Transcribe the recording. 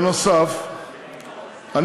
נוסף על כך,